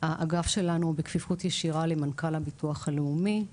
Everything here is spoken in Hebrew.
האגף שלנו בכפיפות ישירה למנכ"ל הביטוח הלאומי.